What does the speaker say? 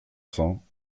cents